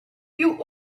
you